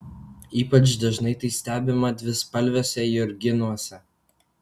ypač dažnai tai stebima dvispalviuose jurginuose